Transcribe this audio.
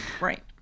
right